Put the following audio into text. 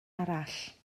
arall